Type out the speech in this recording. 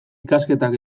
ikasketak